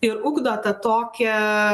ir ugdo tą tokią